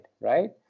right